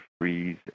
freeze